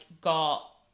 got